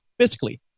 fiscally